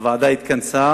הוועדה התכנסה